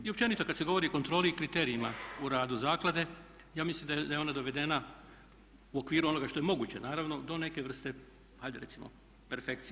I općenito kad se govori o kontroli i kriterijima u radu zaklade ja mislim da je ona dovedena u okviru onoga što je moguće naravno do neke vrste hajde recimo perfekcije.